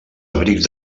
abrics